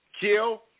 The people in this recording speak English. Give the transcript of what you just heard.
Kill